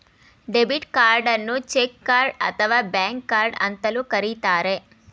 debit ಕಾರ್ಡನ್ನು check card ಅಥವಾ bank card ಅಂತಲೂ ಕರಿತರೆ